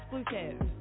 exclusive